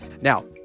now